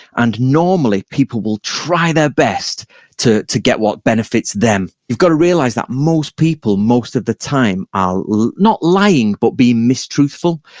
and normally people will try their best to to get what benefits them you've got to realize that most people most of the time are, not lying, but being mistruthful.